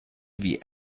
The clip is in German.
wie